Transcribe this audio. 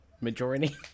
majority